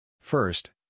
First